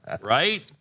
right